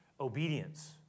obedience